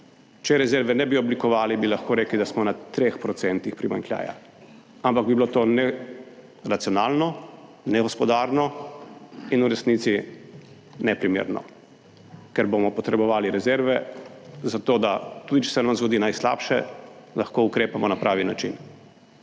Če rezerve ne bi oblikovali, bi lahko rekli, da smo na 3 % primanjkljaja, ampak bi bilo to neracionalno, negospodarno in v resnici neprimerno, ker bomo potrebovali rezerve za to, da tudi če se nam zgodi najslabše, lahko ukrepamo na pravi način.